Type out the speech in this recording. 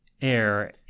air